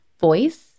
voice